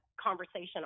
conversation